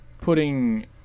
putting